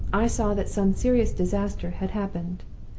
i saw that some serious disaster had happened.